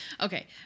Okay